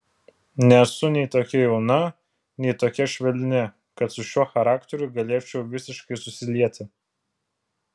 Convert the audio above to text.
nesu nei tokia jauna nei tokia švelni kad su šiuo charakteriu galėčiau visiškai susilieti